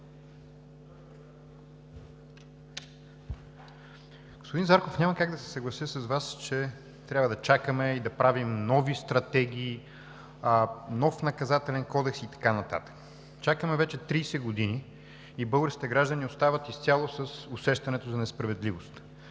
Господин Зарков, няма как да се съглася с Вас, че трябва да чакаме и да правим нови стратегии, нов Наказателен кодекс и така нататък. Чакаме вече 30 години и българските граждани остават изцяло с усещането за несправедливост.